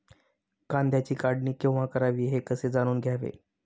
कांद्याची काढणी केव्हा करावी हे कसे जाणून घ्यावे?